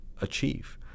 achieve